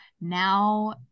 now